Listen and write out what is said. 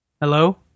Hello